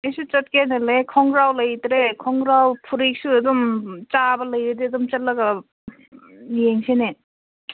ꯑꯩꯁꯨ ꯆꯠꯀꯦꯅ ꯂꯩꯌꯦ ꯈꯣꯡꯒ꯭ꯔꯥꯎ ꯂꯩꯇ꯭ꯔꯦ ꯈꯣꯡꯒ꯭ꯔꯥꯎ ꯐꯨꯔꯤꯠꯁꯨ ꯑꯗꯨꯝ ꯆꯥꯕ ꯂꯩꯔꯗꯤ ꯑꯗꯨꯝ ꯆꯠꯂꯒ ꯌꯦꯡꯁꯤꯅꯦ